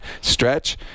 stretch